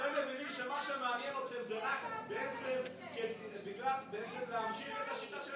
אתם מבינים שמה שמעניין אתכם זה רק בעצם להמשיך את השיטה של